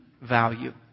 value